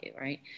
right